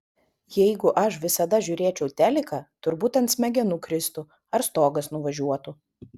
jeigu aš visada žiūrėčiau teliką turbūt ant smegenų kristų ar stogas nuvažiuotų